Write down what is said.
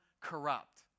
corrupt